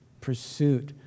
pursuit